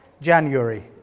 January